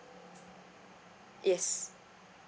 yes